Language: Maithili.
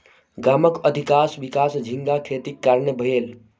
गामक अधिकाँश विकास झींगा खेतीक कारणेँ भेल